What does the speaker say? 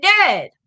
dead